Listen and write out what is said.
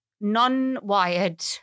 non-wired